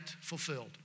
fulfilled